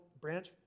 branch